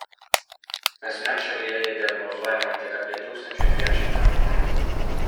kasmet šalyje ji diagnozuojama tik apie tūkstančiui dviem šimtams žmonių